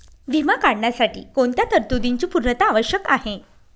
विमा काढण्यासाठी कोणत्या तरतूदींची पूर्णता आवश्यक आहे?